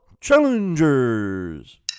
challengers